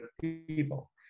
people